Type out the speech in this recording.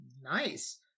nice